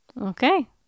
Okay